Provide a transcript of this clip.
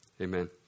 amen